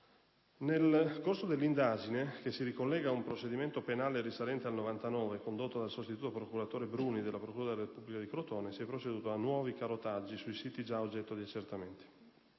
Nel corso dell'indagine, che si ricollega ad un procedimento penale risalente al 1999, condotta dal sostituto procuratore Bruni della procura della Repubblica di Crotone, si è proceduto a nuovi carotaggi sui siti già oggetto di accertamenti.